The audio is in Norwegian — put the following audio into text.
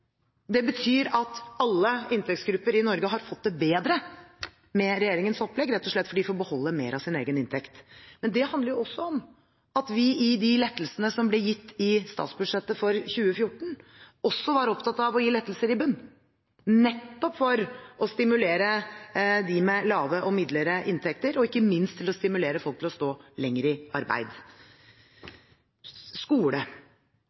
Det betyr at alle inntektsgrupper i Norge har fått det bedre med regjeringens opplegg, rett og slett fordi de får beholde mer av sin egen inntekt. Men det handler også om at vi i de lettelsene som ble gitt i statsbudsjettet for 2014, var opptatt av å gi lettelser i bunnen, nettopp for å stimulere dem med lave og midlere inntekter og, ikke minst, stimulere folk til å stå lenger i arbeid. Til skole: